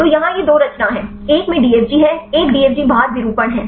तो यहाँ यह दो रचना है एक में एक DFG है एक DFG बाहर विरूपण है